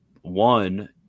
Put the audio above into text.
one